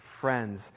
friends